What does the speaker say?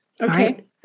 Okay